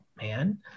man